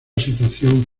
situación